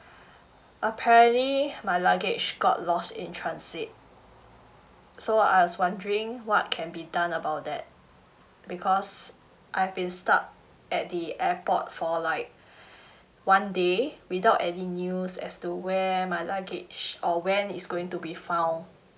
apparently my luggage got lost in transit so I was wondering what can be done about that because I've been stuck at the airport for like one day without any news as to where my luggage or when it's going to be found